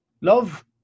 love